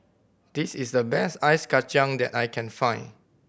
this is the best ice kacang that I can find